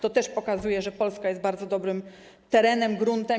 To też pokazuje, że Polska jest bardzo dobrym terenem, gruntem.